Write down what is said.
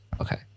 Okay